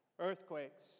Earthquakes